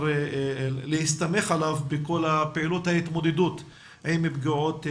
להסתמך עליו בכל פעילות ההתמודדות עם פגיעות ילדים.